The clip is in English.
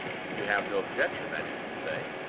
if you have no objection, that is to say.